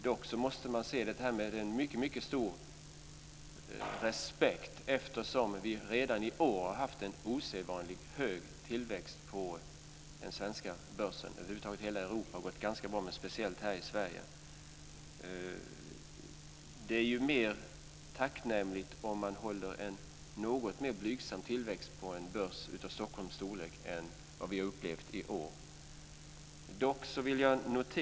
Dock måste man se det här med en mycket stor respekt, eftersom vi redan i år har haft en osedvanligt hög tillväxt på den svenska börsen. Hela Europa har gått ganska bra, men speciellt i Sverige har det gått bra. Det är tacknämligt om man håller en något mer blygsam tillväxt på en börs av Stockholms storlek än vad vi har upplevt i år.